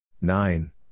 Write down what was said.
nine